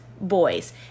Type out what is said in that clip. Boys